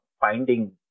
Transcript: finding